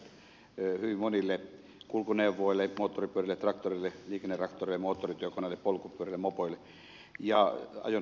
moottoripyörille traktoreille liikennetraktoreille moottorityökoneille polkupyörille mopoille ja ajoneuvoluokkien perävaunuille